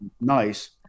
nice